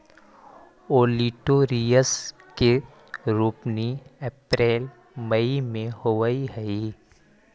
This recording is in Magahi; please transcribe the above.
ओलिटोरियस के रोपनी अप्रेल मई में होवऽ हई